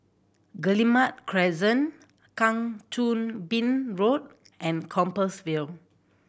Guillemard Crescent Kang Choo Bin Road and Compassvale